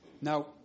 Now